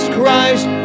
Christ